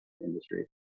industry